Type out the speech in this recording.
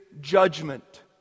judgment